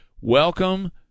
welcome